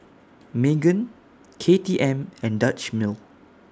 Megan K T M and Dutch Mill